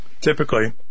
typically